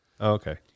Okay